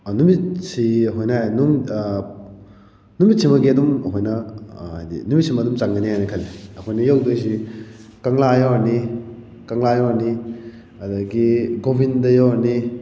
ꯅꯨꯃꯤꯠꯁꯤ ꯑꯩꯈꯣꯏꯅ ꯍꯥꯏ ꯑꯗꯨꯝ ꯅꯨꯃꯤꯠ ꯁꯤꯃꯒꯤ ꯑꯗꯨꯝ ꯑꯩꯈꯣꯏꯅ ꯍꯥꯏꯕꯗꯤ ꯅꯨꯃꯤꯠꯁꯤꯃ ꯑꯗꯨꯝ ꯆꯪꯒꯅꯤ ꯍꯥꯏꯅ ꯈꯜꯂꯤ ꯑꯩꯈꯣꯏꯅ ꯌꯧꯗꯣꯏꯁꯤ ꯀꯪꯂꯥ ꯌꯧꯔꯅꯤ ꯀꯪꯂꯥ ꯌꯧꯔꯅꯤ ꯑꯗꯨꯗꯒꯤ ꯒꯣꯕꯤꯟꯗ ꯌꯧꯔꯅꯤ